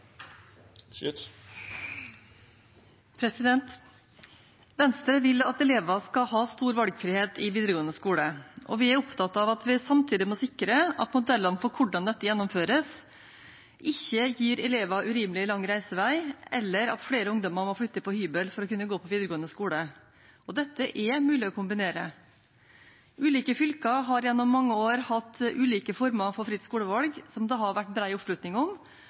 Venstre vil at elever skal ha stor valgfrihet i videregående skole. Vi er opptatt av at vi samtidig må sikre at modellene for hvordan dette gjennomføres, ikke gir elever urimelig lang reisevei eller gjør at flere ungdommer må flytte på hybel for å kunne gå på videregående skole. Dette er det mulig å kombinere. Ulike fylker har gjennom mange år hatt ulike former for fritt skolevalg, som det har vært bred oppslutning om,